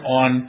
on